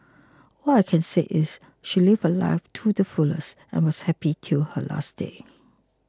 all I can say is she lived her life too the fullest and was happy till her last day